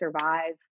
survive